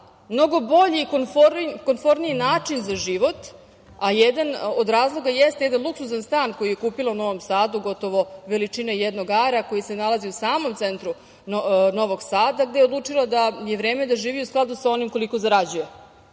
mnogo bolji i komforniji način za život, a jedan od razloga jeste jedan luksuzan stan koji je kupila u Novom Sadu, gotovo veličine jednog ara, koji se nalazi u samom centru Novog Sada, gde je odlučila da je vreme da živi u skladu sa onim koliko zarađuje. Možete